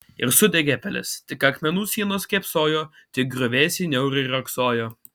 ir sudegė pilis tik akmenų sienos kėpsojo tik griuvėsiai niauriai riogsojo